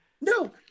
No